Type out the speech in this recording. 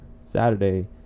Saturday